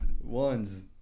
Ones